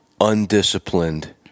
undisciplined